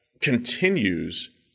continues